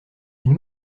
une